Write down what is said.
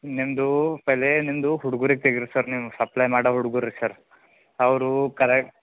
ನಿಮ್ದು ಪೆಯ್ಲೆ ನಿಮ್ಮದು ಹುಡ್ಗರಿಗೆ ತೆಗೀರಿ ಸರ್ ನೀವು ಸಪ್ಲೈ ಮಾಡೋ ಹುಡ್ಗರಿಗೆ ಸರ್ ಅವ್ರು ಕರೆ